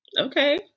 Okay